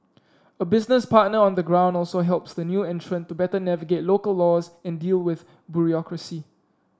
a business partner on the ground also helps the new entrant to better navigate local laws and deal with bureaucracy